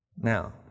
Now